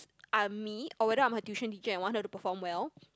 I'm me or whether I'm her tuition teacher and want her to perform well